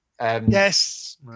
Yes